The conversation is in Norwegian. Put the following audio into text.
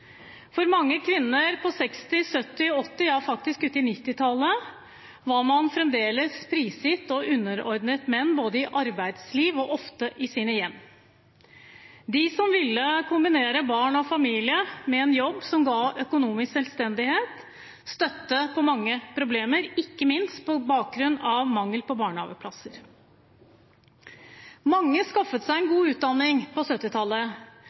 For mange kvinner på 1960-, 1970-, 1980-tallet, ja, faktisk på 1990-tallet, var fremdeles prisgitt og underordnet menn i arbeidslivet og ofte i sine hjem. De som ville kombinere barn og familie med en jobb som ga økonomisk selvstendighet, støtte på mange problemer, ikke minst på grunn av mangel på barnehageplasser. Mange skaffet seg en god utdanning på